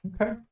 Okay